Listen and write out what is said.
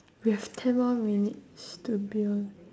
we have ten more minutes to be done